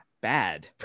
bad